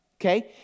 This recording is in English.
Okay